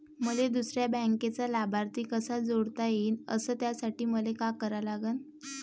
मले दुसऱ्या बँकेचा लाभार्थी कसा जोडता येईन, अस त्यासाठी मले का करा लागन?